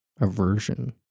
aversion